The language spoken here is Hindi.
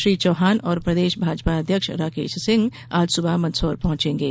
श्री चौहान और प्रदेश भाजपा अध्यक्ष राकेश सिंह आज सुबह मंदर्सोर पहॅचेंगे